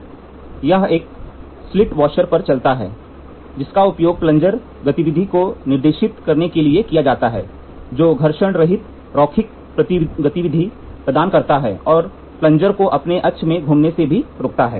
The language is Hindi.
यह एक स्लिट वॉशर पर चलता है जिसका उपयोग प्लंजर गतिविधि को निर्देशित करने के लिए किया जाता है जो घर्षण रहित रैखिक गतिविधि प्रदान करता है और प्लंजर को अपने अक्ष में घूमने से भी रोकता है